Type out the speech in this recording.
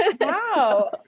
Wow